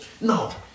Now